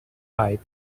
pipe